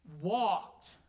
walked